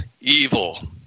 evil